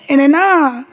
என்னென்னால்